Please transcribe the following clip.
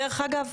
דרך אגב,